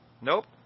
Nope